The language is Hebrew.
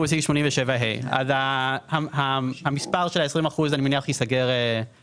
בסעיף 87ה --- המספר של ה-20% אני מניח שייסגר בהמשך.